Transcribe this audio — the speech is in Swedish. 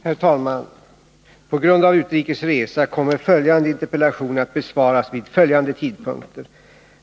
Herr talman! På grund av utrikes resa kommer följande interpellationer att besvaras vid kommande tidpunkter.